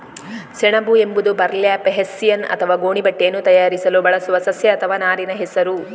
ಸೆಣಬು ಎಂಬುದು burlap, hessian ಅಥವಾ ಗೋಣಿ ಬಟ್ಟೆಯನ್ನು ತಯಾರಿಸಲು ಬಳಸುವ ಸಸ್ಯ ಅಥವಾ ನಾರಿನ ಹೆಸರು